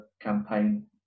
campaign